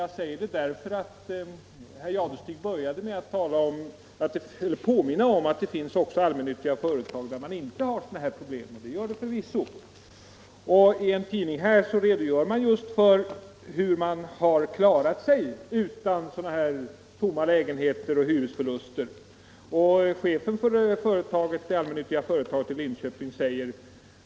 Jag säger detta därför att herr Jadestig började med att påminna om att det också finns allmännyttiga företag som inte har problem med hyresförluster. Det gör det förvisso. I en tidning redogör chefen för det allmännyttiga företaget i Linköping för hur man klarat sig undan tomma lägenheter och hyresförluster.